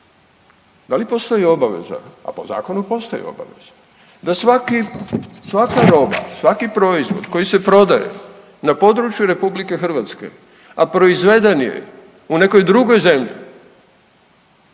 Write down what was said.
da li postoji obaveza, a po zakonu postoji obaveza da svaki, svaka roba, svaki proizvod koji se prodaje na području RH, a proizveden je u nekoj drugoj zemlji,